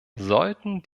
sollten